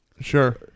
Sure